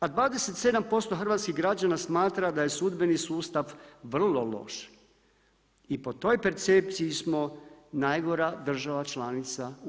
A 27% hrvatskih građana smatra da je sudbeni sustav vrlo loš i po toj percepciji smo najgora država članica u EU.